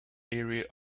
area